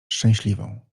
szczęśliwą